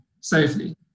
safely